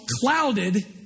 clouded